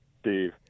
Steve